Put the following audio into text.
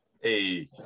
Hey